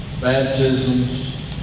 baptisms